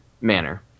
manner